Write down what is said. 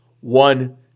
one